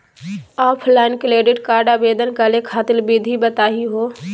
Offline credit card आवेदन करे खातिर विधि बताही हो?